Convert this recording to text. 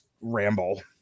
ramble